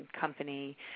company